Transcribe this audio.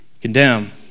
condemn